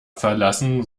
verlassen